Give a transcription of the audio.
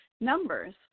numbers